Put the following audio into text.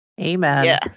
Amen